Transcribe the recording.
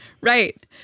Right